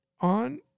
on